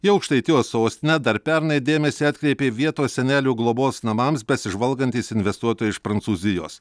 į aukštaitijos sostinę dar pernai dėmesį atkreipė vietos senelių globos namams besižvalgantys investuotojai iš prancūzijos